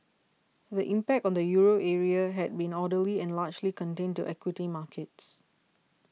the impact on the Euro area has been orderly and largely contained to equity markets